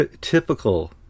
typical